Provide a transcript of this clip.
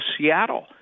Seattle